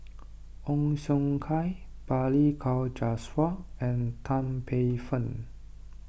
Ong Siong Kai Balli Kaur Jaswal and Tan Paey Fern